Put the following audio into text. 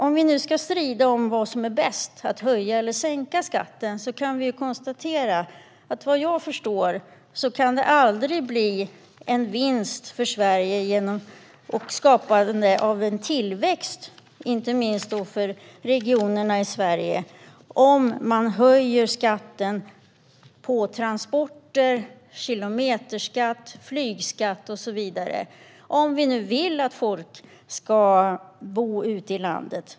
Om vi nu ska strida om vad som är bäst - att höja eller att sänka skatten - kan det vad jag förstår aldrig bli en vinst för Sverige eller skapas någon tillväxt, inte minst för regionerna i Sverige, om man höjer skatten på transporter genom kilometerskatt, flygskatt och så vidare. Vill man att folk ska bo ute i landet?